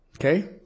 Okay